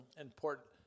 important